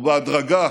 ובהדרגה